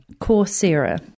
Coursera